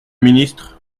ministre